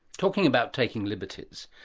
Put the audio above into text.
talking about taking liberties,